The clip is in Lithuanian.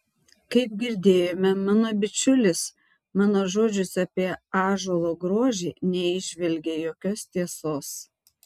kaip girdėjome mano bičiulis mano žodžiuose apie ąžuolo grožį neįžvelgė jokios tiesos